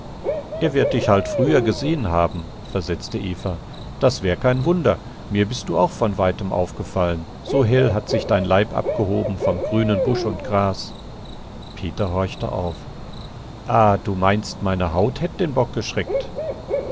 er wird dich halt früher gesehen haben versetzte eva das war kein wunder mir bist auch von weitem aufgefallen so hell hat sich dein leib abgehoben vom grünen busch und gras peter horchte auf ah du meinst meine haut hätt den bock g'schreckt